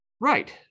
right